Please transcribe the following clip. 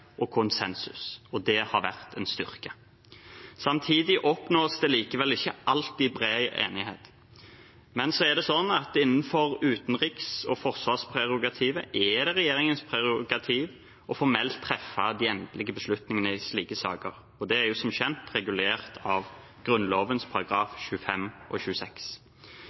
og konsensus, og det har vært en styrke. Samtidig oppnås det likevel ikke alltid bred enighet, men innenfor utenriks- og forsvarspolitikken er det regjeringens prerogativ formelt å treffe de endelige beslutningene i slike saker. Det er som kjent regulert i Grunnloven §§ 25 og 26.